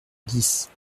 dix